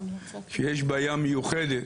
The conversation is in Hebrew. שיש בעיה מיוחדת.